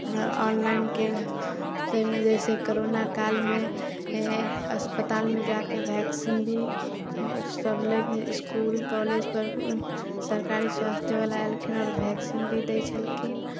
ऑनलाइनके शुरूमे जइसे कोरोना कालमे अस्पतालमे जाके वैक्सिन भी सब लै इसकूल कॉलेज पर सरकारी स्वास्थय बला एलखिन आओर वैक्सिन भी दै छलखिन